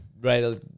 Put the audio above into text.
Right